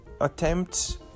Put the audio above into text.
attempts